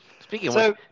Speaking